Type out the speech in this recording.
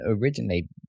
originally